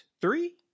three